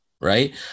Right